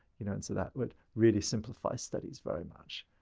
you know, and so that would really simplify studies very much.